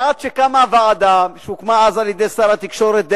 עד שקמה הוועדה שהקים אז שר התקשורת דאז,